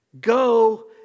Go